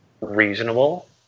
reasonable